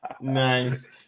Nice